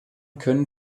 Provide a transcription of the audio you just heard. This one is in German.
können